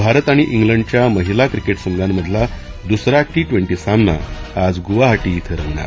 भारत आणि इंग्लंडच्या महिला क्रिकेट संघामधला दुसरा टी ट्वेंटी सामना आज गुवाहाटी इथं रंगणार